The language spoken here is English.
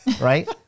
Right